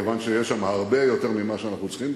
כיוון שיש הרבה יותר ממה שאנחנו צריכים,